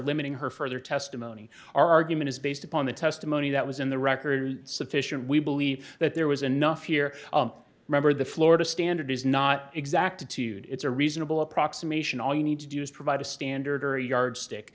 limiting her further testimony our argument is based upon the testimony that was in the record sufficient we believe that there was enough here remember the florida standard is not exactitude it's a reasonable approximation all you need to do is provide a standard or a yardstick